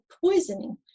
poisoning